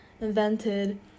invented